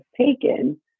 taken